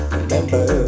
remember